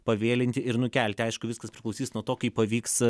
pavėlinti ir nukelti aišku viskas priklausys nuo to kaip pavyks